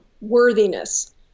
worthiness